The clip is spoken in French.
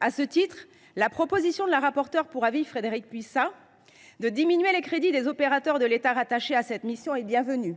À cet égard, la proposition de la rapporteure pour avis Frédérique Puissat de diminuer les crédits des opérateurs de l’État rattachés à cette mission est bienvenue.